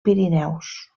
pirineus